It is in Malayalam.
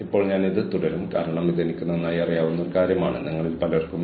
അതിനാൽ നിങ്ങൾ ഒരേ ഗുണനിലവാരമുള്ള എന്തെങ്കിലും ഉണ്ടാക്കുന്നു എന്നാൽ നിങ്ങൾ വില കുറയ്ക്കുന്നു